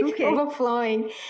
overflowing